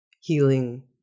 healing